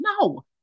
No